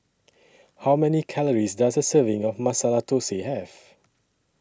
How Many Calories Does A Serving of Masala Thosai Have